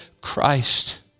Christ